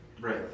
Right